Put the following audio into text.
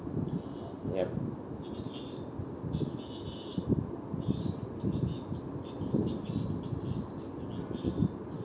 yup